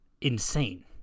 insane